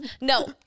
No